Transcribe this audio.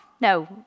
no